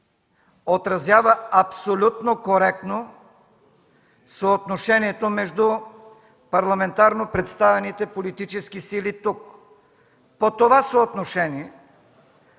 отразява абсолютно коректно съотношението между парламентарно представените политически сили тук. По това съотношение